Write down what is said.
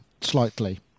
slightly